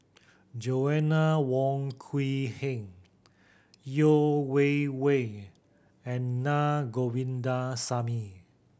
Joanna Wong Quee Heng Yeo Wei Wei and Na Govindasamy